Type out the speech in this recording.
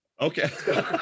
Okay